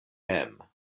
mem